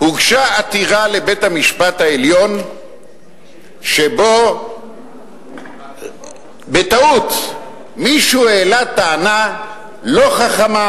הוגשה עתירה לבית-המשפט העליון שבו בטעות מישהו העלה טענה לא חכמה,